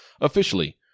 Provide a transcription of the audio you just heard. officially